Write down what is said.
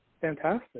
fantastic